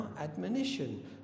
admonition